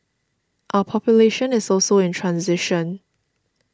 our population is also in transition